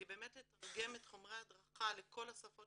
כי באמת לתרגם את חומרי ההדרכה לכל השפות